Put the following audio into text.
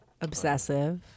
Obsessive